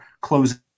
closing